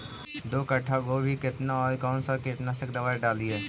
दो कट्ठा गोभी केतना और कौन सा कीटनाशक दवाई डालिए?